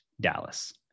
Dallas